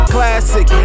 Classic